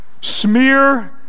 smear